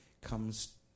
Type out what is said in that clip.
comes